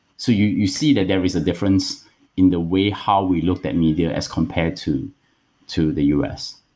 so you you see that there is a difference in the way how we looked at media as compared to to the u s.